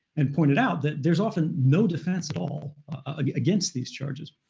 and pointed out that there's often no defense at all ah against these charges.